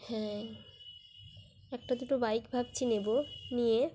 হ্যাঁ একটা দুটো বাইক ভাবছি নেব নিয়ে